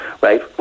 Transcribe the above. right